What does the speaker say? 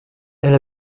elle